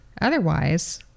Otherwise